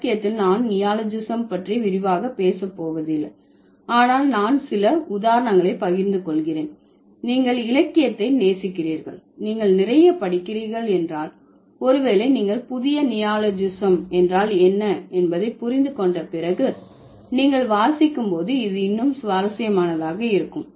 இலக்கியத்தில் நான் நியோலஜிசம் பற்றி விரிவாக பேச போவதில்லை ஆனால் நான் சில உதாரணங்களை பகிர்ந்து கொள்கிறேன் நீங்கள் இலக்கியத்தை நேசிக்கிறீர்கள் நீங்கள் நிறைய படிக்கிறீர்கள் என்றால் ஒரு வேளை நீங்கள் புதிய நியோலஜிசம் என்றால் என்ன என்பதை புரிந்து கொண்ட பிறகு நீங்கள் வாசிக்கும் போது இது இன்னும் சுவாரஸ்யமானதாக இருக்கும்